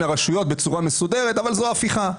הרשויות בצורה מסודרת אבל זו הפיכה.